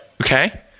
Okay